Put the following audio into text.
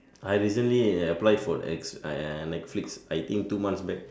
I recently applied for ex for netflix I think two months back